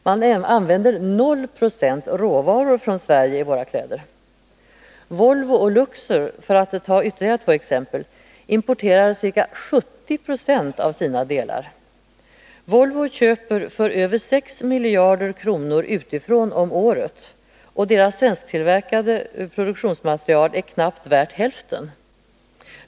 Man använder 0 90 råvaror från Sverige i våra kläder! Volvo och främja utländska företags etablering Luxor, för att ta ytterligare två exempel, importerar ca 70 96 av sina delar. Volvo köper för över 6 miljarder kronor utifrån om året, och dess svensktillverkade produktionsmaterial är knappt värt hälften.